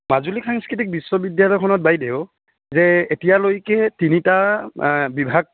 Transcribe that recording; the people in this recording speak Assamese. মাজুলী সাংস্কৃতিক বিশ্ববিদ্যালয়খনত বাইদেউ যে এতিয়ালৈকে তিনিটা বিভাগ